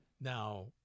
Now